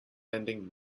lending